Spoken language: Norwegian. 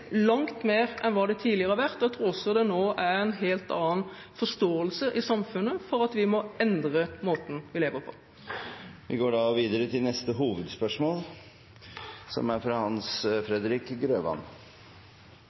langt mer enn hva det tidligere har vært. Jeg tror også det nå er en helt annen forståelse i samfunnet for at vi må endre måten vi lever på. Vi går videre til neste hovedspørsmål. Mitt spørsmål går til samferdselsministeren. Mange opplever isolasjon og utestengelse fra